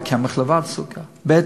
קמח לבן הוא סוכר, ב.